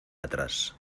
atrás